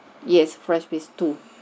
yes fresh with two